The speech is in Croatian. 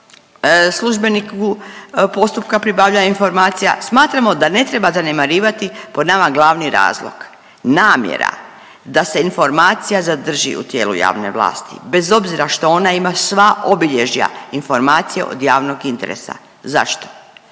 službeniku postupka pribavljanju informacija, smatramo da ne treba zanemarivati po nama glavni razlog. Namjera da se informacija zadrži u tijelu javne vlasti bez obzira što ona ima sva obilježja informacije od javnog interesa. Zašto?